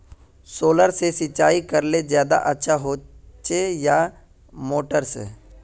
Solar से सिंचाई करले ज्यादा अच्छा होचे या मोटर से?